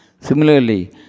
Similarly